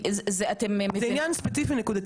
שלא קשור לעתירה הכללית בעניין של העובדים הזרים.